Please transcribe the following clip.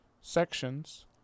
sections